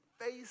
face